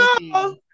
no